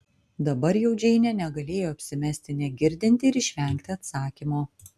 dabar jau džeinė negalėjo apsimesti negirdinti ir išvengti atsakymo